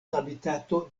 habitato